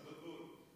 אבוטבול,